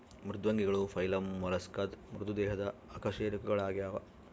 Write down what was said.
ಮೃದ್ವಂಗಿಗಳು ಫೈಲಮ್ ಮೊಲಸ್ಕಾದ ಮೃದು ದೇಹದ ಅಕಶೇರುಕಗಳಾಗ್ಯವ